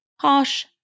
harsh